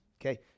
Okay